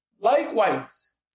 Likewise